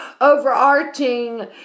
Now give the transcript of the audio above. overarching